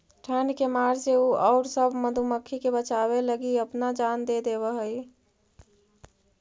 ठंड के मार से उ औउर सब मधुमाखी के बचावे लगी अपना जान दे देवऽ हई